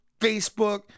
Facebook